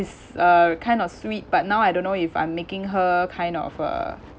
is uh kind of sweet but now I don't know if I'm making her kind of uh